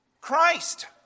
Christ